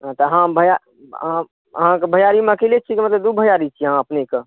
त अहाँ बड़ा अहाँ भैयारीमे अकेले छियै कि दू भैयारी छियै अपने